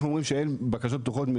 כשאנחנו אומרים שאין בקשות פתוחות,